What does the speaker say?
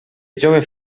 jove